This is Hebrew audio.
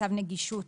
צו נגישות